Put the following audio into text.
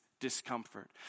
discomfort